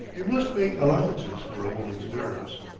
you must make allowances for a woman's nerves.